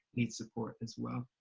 needs support as well.